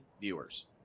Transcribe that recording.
viewers